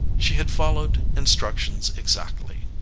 she had followed instructions exactly.